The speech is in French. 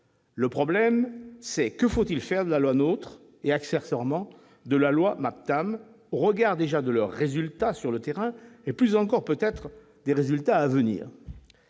ne pas le voir. Que faut-il faire de la loi NOTRe et, accessoirement, de la loi MATPAM, au regard de leurs résultats sur le terrain, et plus encore peut-être de ceux à venir